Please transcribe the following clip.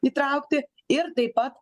įtraukti ir taip pat